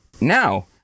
Now